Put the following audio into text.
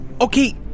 Okay